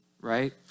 right